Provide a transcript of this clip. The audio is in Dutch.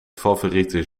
favoriete